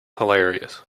hilarious